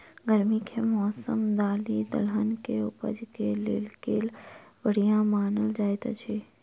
गर्मी केँ मौसम दालि दलहन केँ उपज केँ लेल केल बढ़िया मानल जाइत अछि?